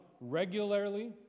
regularly